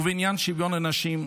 ובעניין שוויון הנשים,